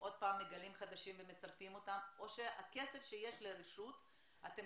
עוד פעם מגלים חדשים ומצרפים אותם או שבכסף שיש לרשות אתם